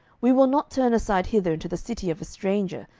we will not turn aside hither into the city of a stranger,